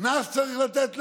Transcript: קנס צריך לתת להם?